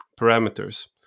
parameters